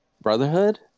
brotherhood